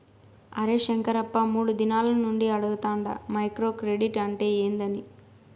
అరే శంకరప్ప, మూడు దినాల నుండి అడగతాండ మైక్రో క్రెడిట్ అంటే ఏందని